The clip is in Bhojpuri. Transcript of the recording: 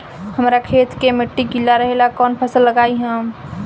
हमरा खेत के मिट्टी गीला रहेला कवन फसल लगाई हम?